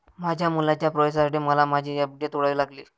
माझ्या मुलाच्या प्रवेशासाठी मला माझी एफ.डी तोडावी लागली